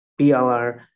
BLR